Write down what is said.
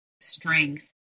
strength